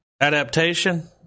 adaptation